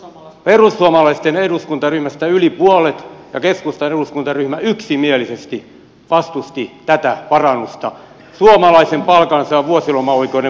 perussuomalaisten eduskuntaryhmästä vastusti yli puolet ja keskustan eduskuntaryhmä vastusti yksimielisesti tätä parannusta suomalaisen palkansaajan vuosilomaoi keuden parantamista